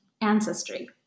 ancestry